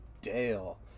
Dale